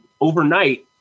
overnight